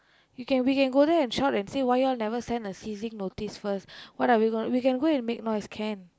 you can we can go there and shout and say why you all never send a ceasing notice first what are we go we can go and make noise can